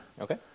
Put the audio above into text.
Okay